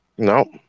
No